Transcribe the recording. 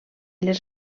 les